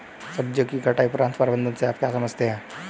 सब्जियों की कटाई उपरांत प्रबंधन से आप क्या समझते हैं?